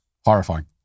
Horrifying